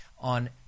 on